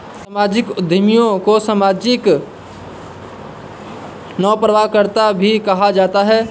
सामाजिक उद्यमियों को सामाजिक नवप्रवर्तनकर्त्ता भी कहा जाता है